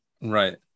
Right